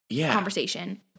conversation